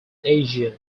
asia